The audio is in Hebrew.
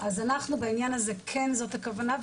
--- אז בעניין הזה זאת הכוונה,